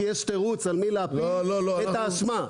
כי יש תירוץ על מי להפיל את האשמה.